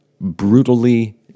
brutally